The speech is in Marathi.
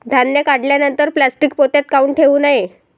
धान्य काढल्यानंतर प्लॅस्टीक पोत्यात काऊन ठेवू नये?